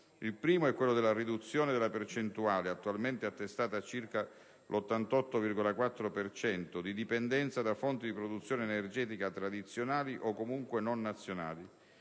il primo è quello della riduzione della percentuale, attualmente attestata a circa l'88,4 per cento, di dipendenza da fonti di produzione energetica tradizionali o comunque non nazionali;